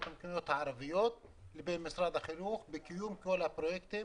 המקומיות הערביות לבין משרד החינוך בקיום כל הפרויקטים